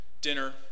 dinner